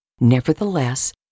Nevertheless